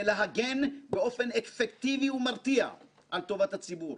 להגן באופן אפקטיבי ומרתיע על טובת הציבור.